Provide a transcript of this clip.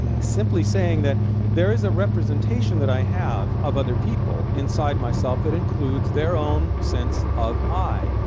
ah simply saying that there is a representation that i have of other people inside myself that includes their own sense of i.